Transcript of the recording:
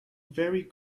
very